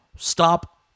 stop